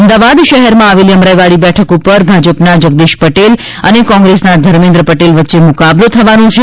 અમદાવાદ શહેરમાં આવેલી અમરાઈવાડી બેઠક ઉપર ભાજપના જગદીશ પટેલ અને કોંગ્રેસના ધર્મેન્દ્ર પટેલ વચ્ચે મુકાબલો થવાનો છે